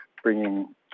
bringing